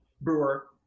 brewer